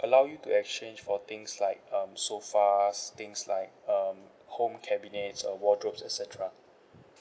allow you to exchange for things like um sofas things like um home cabinets or wardrobes et cetera